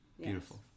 Beautiful